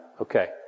Okay